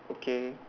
okay